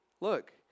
Look